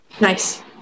Nice